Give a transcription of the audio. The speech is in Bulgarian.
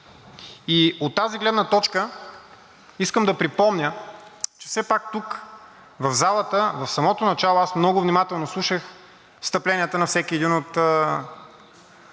От тази гледна точка искам да припомня, че все пак тук в залата в самото начало много внимателно слушах встъпленията на всеки един от